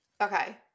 okay